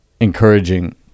encouraging